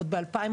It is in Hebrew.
עוד ב-2015,